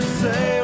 say